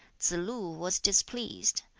tsze-lu was displeased,